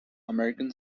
american